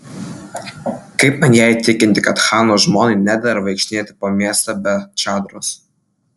kaip man ją įtikinti kad chano žmonai nedera vaikštinėti po miestą be čadros